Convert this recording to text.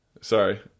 Sorry